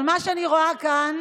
אבל מה שאני רואה כאן